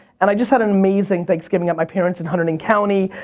and i just had an amazing thanksgiving at my parents' in huntington county,